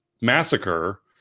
massacre